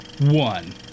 one